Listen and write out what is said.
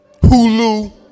Hulu